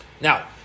Now